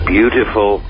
Beautiful